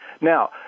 Now